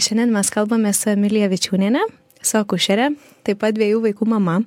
šiandien mes kalbamės su emilija vičiūniene su akušere taip pat dviejų vaikų mama